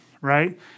right